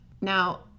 Now